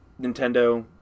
Nintendo